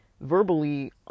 verbally